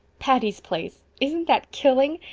patty's place isn't that killing?